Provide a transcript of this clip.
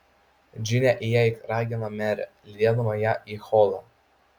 džine įeik ragino merė lydėdama ją į holą